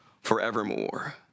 forevermore